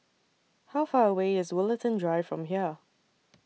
How Far away IS Woollerton Drive from here